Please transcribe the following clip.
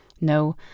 no